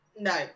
No